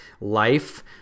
life